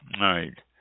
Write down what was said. right